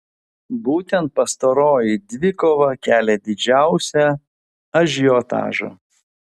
būtent pastaroji dvikova kelia didžiausią ažiotažą